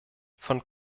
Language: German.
von